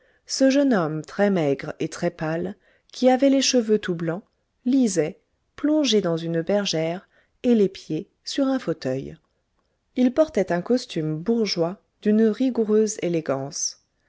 ce jeune homme très maigre et très pâle qui avait les cheveux tout blancs lisait plongé dans une bergère et les pieds sur un fauteuil il portait un costume bourgeois d'une rigoureuse élégance